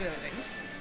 buildings